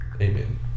Amen